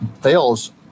fails